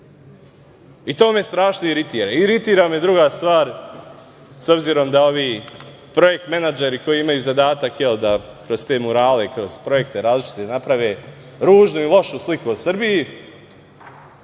To me strašno iritira. Iritira me druga stvar. S obzirom da ovi projekt menadžeri koji imaju zadatak da predstave murali kroz različite projekte, da naprave ružnu i lošu sliku o Srbiji,